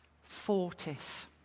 fortis